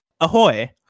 Ahoy